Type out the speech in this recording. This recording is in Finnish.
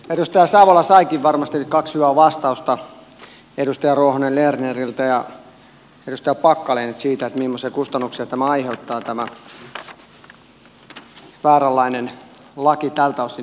edustaja savola saikin varmasti nyt kaksi hyvää vastausta edustaja ruohonen lerneriltä ja edustaja packalenilta siihen mimmoisia kustannuksia tämä vääränlainen laki tältä osin nyt aiheuttaa